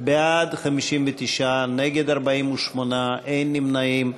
בעד 59, נגד, 48, אין נמנעים.